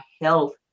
health